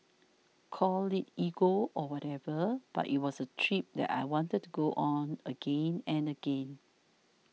call it ego or whatever but it was a trip that I wanted to go on again and again